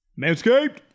Manscaped